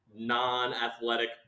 non-athletic